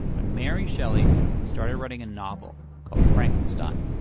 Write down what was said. when mary shelley started writing a novel called! degfrankenstein